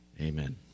Amen